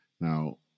Now